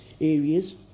areas